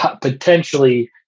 potentially